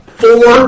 four